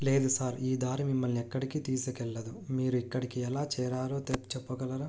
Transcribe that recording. లేదు సార్ ఈ దారి మిమల్ని ఎక్కడికీ తీసుకెళ్ళదు మీరు ఇక్కడకి ఎలా చేరారో తెప్ చెప్పగలరా